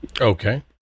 Okay